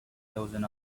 chosen